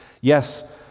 yes